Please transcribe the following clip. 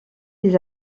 des